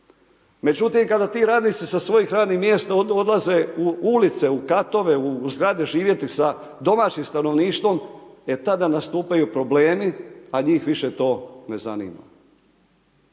Međutim, kada ti radnici sa svojih radnih mjesta odlaze u ulice, u katove, u zgrade živjeti, sa domaćim stanovništvom, e tada nastupaju problemi, a njih više to ne zanima.